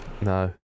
No